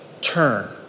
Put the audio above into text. turn